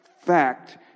fact